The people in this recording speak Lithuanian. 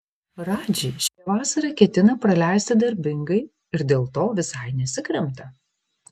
radži šią vasarą ketina praleisti darbingai ir dėl to visai nesikremta